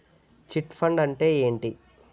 Chit fund అంటే ఏంటి?